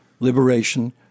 liberation